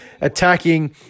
attacking